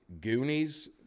Goonies